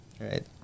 right